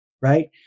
right